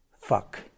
Fuck